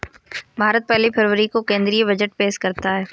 भारत पहली फरवरी को केंद्रीय बजट पेश करता है